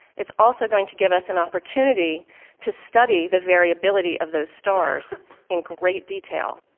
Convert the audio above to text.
it's also going to give us an opportunity to study the variability of those stars in great detail.